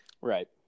Right